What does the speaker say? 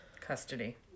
custody